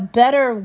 better